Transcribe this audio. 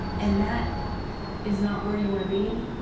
and that is not where you wanna be.